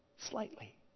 Slightly